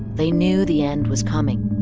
they knew the end was coming.